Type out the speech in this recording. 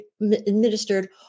administered